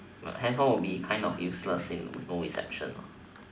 handphone would be kind of useless with no reception ah